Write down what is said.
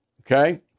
okay